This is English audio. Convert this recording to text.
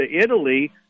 Italy